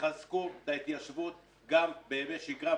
תחזקו את ההתיישבות גם בימי שגרה.